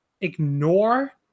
ignore